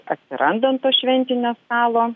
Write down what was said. atsiranda ant to šventinio stalo